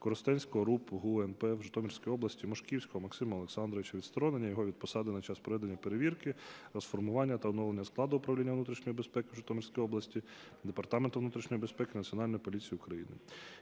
Коростенського РУП ГУНП в Житомирській області Мошківського Максима Олександровича, відсторонення його від посади на час проведення перевірки, розформування та оновлення складу Управління внутрішньої безпеки в Житомирській області Департаменту внутрішньої безпеки Національної поліції України.